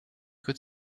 could